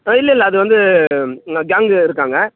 இல்லை இல்லை அது வந்து கேங் இருக்காங்க